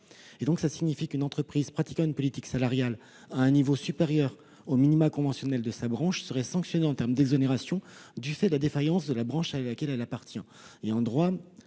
Cela signifierait qu'une entreprise pratiquant une politique salariale à un niveau supérieur aux minima conventionnels de sa branche serait sanctionnée du fait de la défaillance de la branche à laquelle elle appartient.